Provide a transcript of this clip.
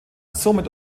somit